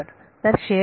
बरोबर